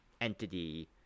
entity